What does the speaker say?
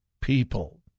people